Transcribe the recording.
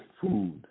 food